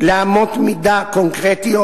לאמות מידה קונקרטיות,